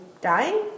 dying